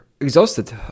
exhausted